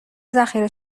ذخیره